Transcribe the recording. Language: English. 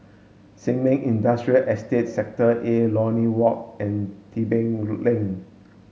Sin Ming Industrial Estate Sector A Lornie Walk and Tebing Lane